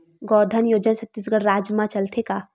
गौधन योजना छत्तीसगढ़ राज्य मा चलथे का?